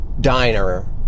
diner